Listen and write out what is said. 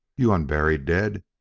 you unburied dead,